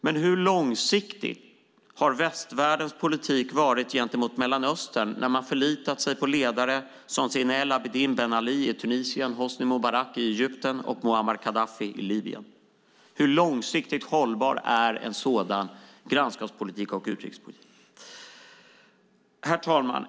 Men hur långsiktig har västvärldens politik varit gentemot Mellanöstern när man har förlitat sig på ledare som Zayn al-Abidin Ben Ali i Tunisien, Hosni Mubarak i Egypten och Muammar Gaddafi i Libyen? Hur långsiktigt hållbar är en sådan grannskapspolitik och utrikespolitik? Herr talman!